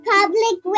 Public